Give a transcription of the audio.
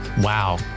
Wow